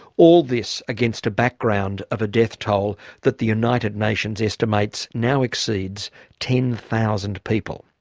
all this against a background of a death toll that the united nations estimates now exceeds ten thousand people.